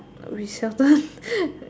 whichever